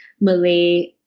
Malay